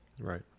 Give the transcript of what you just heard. Right